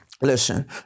listen